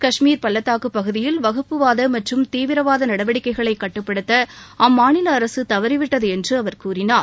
கஷ்மீர் பள்ளத்தாக்கு பகுதியில் வகுப்புவாத மற்றும் தீவிரவாத நடவடிக்கைகளை கட்டுப்படுத்த அம்மாநில அரசு தவறிவிட்டது என்று அவர் கூறினார்